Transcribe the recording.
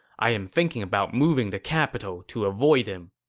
i am thinking about moving the capital to avoid him.